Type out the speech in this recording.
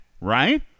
right